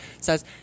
says